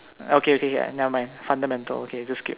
okay okay K never mind fundamental okay just skip